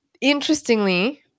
interestingly